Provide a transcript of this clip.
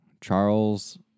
Charles